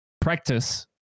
practice